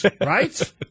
right